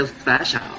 special